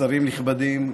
שרים נכבדים,